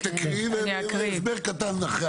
תקריא ואז יינתן הסבר קטן.